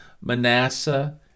Manasseh